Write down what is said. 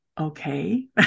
okay